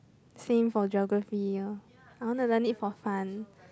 same for geography orh I want to learn it for fun